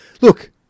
look